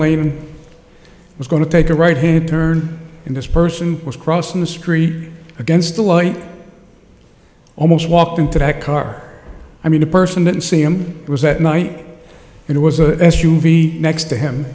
waving was going to take a right hand turn and this person was crossing the street against the light almost walked into that car i mean the person didn't see him it was at night and it was a s u v next to him